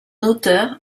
auteur